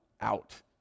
out